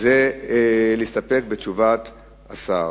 להסתפק בתשובת השר.